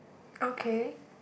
okay